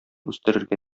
үстерергә